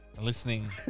listening